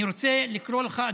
אני רוצה לקרוא לך,